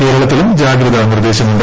കേരളത്തിലും ജാഗ്രത നിർദ്ദേശമുണ്ട്